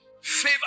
Favor